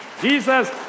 Jesus